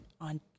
on